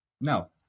No